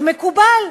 זה מקובל.